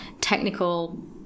technical